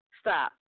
stop